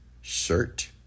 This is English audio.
shirt